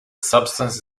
substance